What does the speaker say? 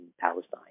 Palestine